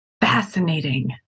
fascinating